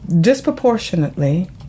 disproportionately